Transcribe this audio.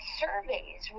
surveys